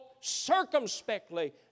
circumspectly